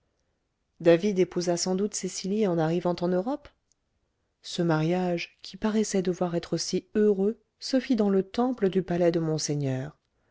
david épousa sans doute cecily en arrivant en europe ce mariage qui paraissait devoir être si heureux se fit dans le temple du palais de monseigneur